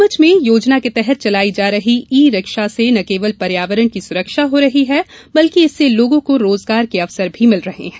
नीमच में योजना के तहत चलाई जा रही ई रिक्शा से न केवल पर्यावरण की सुरक्षा हो रही है बल्कि इससे लोगों को रोजगार के अवसर भी मिल रहे हैं